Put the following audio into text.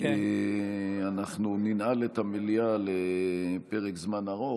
אנחנו ננעל את המליאה לפרק זמן ארוך,